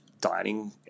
dining